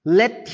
let